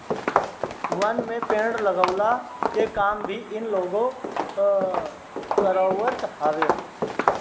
वन में पेड़ लगवला के काम भी इ लोग करवावत हवे